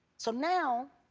so now